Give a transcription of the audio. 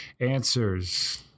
answers